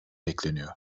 bekleniyor